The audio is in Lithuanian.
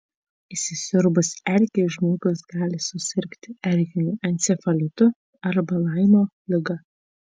įsisiurbus erkei žmogus gali susirgti erkiniu encefalitu arba laimo liga